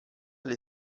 alle